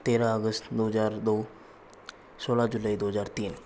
तेरह अगस्त दो हजार दो सोलह जुलाई दो हजार तीन